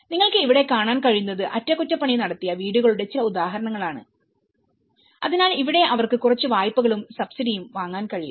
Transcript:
നിങ്ങൾക്ക് ഇവിടെ കാണാൻ കഴിയുന്നത് അറ്റകുറ്റപ്പണി നടത്തിയ വീടുകളുടെ ചില ഉദാഹരണങ്ങളാണ് അതിനാൽ ഇവിടെ അവർക്ക് കുറച്ച് വായ്പകളും സബ്സിഡിയുംവാങ്ങാൻ കഴിയും